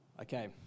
Okay